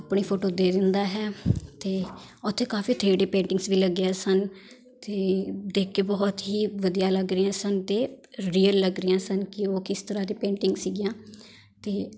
ਆਪਣੀ ਫੋਟੋ ਦੇ ਦਿੰਦਾ ਹੈ ਅਤੇ ਉੱਥੇ ਕਾਫ਼ੀ ਥ੍ਰੀ ਡੀ ਪੇਂਟਿੰਗਸ ਵੀ ਲੱਗੀਆਂ ਸਨ ਅਤੇ ਦੇਖ ਕੇ ਬਹੁਤ ਹੀ ਵਧੀਆ ਲੱਗ ਰਹੀਆਂ ਸਨ ਅਤੇ ਰੀਅਲ ਲੱਗ ਰਹੀਆਂ ਸਨ ਕਿ ਉਹ ਕਿਸ ਤਰ੍ਹਾਂ ਦੇ ਪੇਂਟਿੰਗ ਸੀਗੀਆਂ ਅਤੇ